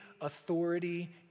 authority